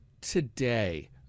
today